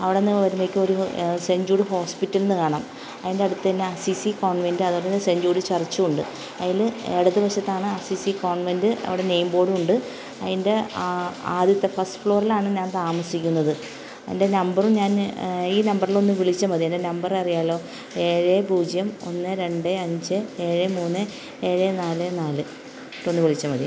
അവിടുന്ന് വരുമ്പോഴെക്കും ഒരു സെഞ്ചൂഡ് ഹോസ്പിറ്റൽന്ന് കാണാം അതിൻ്റടുത്ത് തന്നെ അസ്സീസി കോൺവെൻറ്റ് അതുപോലെ തന്നെ സെൻറ്റ് ജൂഡ് ചർച്ചുവൊണ്ട് അതിൽ ഇടത് വശത്താണ് അസ്സീസി കോൺവെൻറ്റ് അവിടെ നെയിം ബോർഡുവൊണ്ട് അതിൻ്റെ ആ ആദ്യത്തെ ഫസ്റ്റ് ഫ്ലോറിലാണ് ഞാൻ താമസിക്കുന്നത് എൻ്റെ നമ്പറും ഞാൻ ഈ നമ്പറിലൊന്ന് വിളിച്ചാൽ മതി എൻ്റെ നമ്പററിയാമല്ലോ ഏഴ് പൂജ്യം ഒന്ന് രണ്ട് അഞ്ച് ഏഴ് മുന്ന് ഏഴ് നാല് നാല് ഇട്ടൊന്ന് വിളിച്ചാൽ മതി